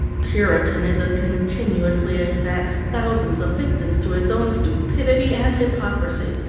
puritanism continuously exacts thousands of victims to its own stupidity and hypocrisy.